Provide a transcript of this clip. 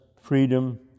freedom